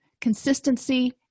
consistency